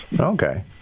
Okay